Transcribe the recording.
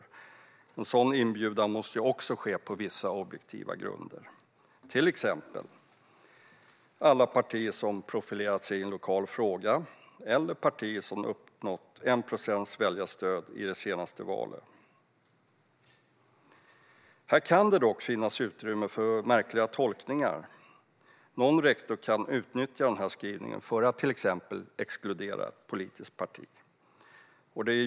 Också en sådan inbjudan måste ju ske på vissa objektiva grunder och gälla till exempel alla partier som profilerat sig i en lokal fråga eller alla partier som uppnått 1 procents väljarstöd i senaste valet. Här kan det dock finnas utrymme för märkliga tolkningar. Någon rektor kan utnyttja skrivningen för att till exempel exkludera ett politiskt parti.